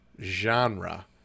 genre